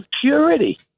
security